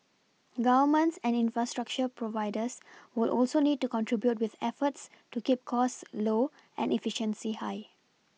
Governments and infrastructure providers will also need to contribute with efforts to keep cost low and efficiency high